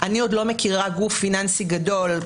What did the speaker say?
אני עוד לא מכירה גוף פיננסי גדול,